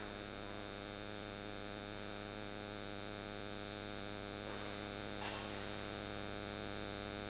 and